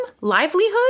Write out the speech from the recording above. livelihood